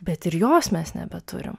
bet ir jos mes nebeturim